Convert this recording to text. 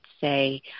say